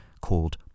called